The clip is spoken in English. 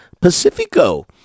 Pacifico